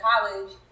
college